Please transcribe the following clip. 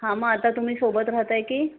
हा मग आता तुम्ही सोबत राहताय की